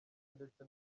ndetse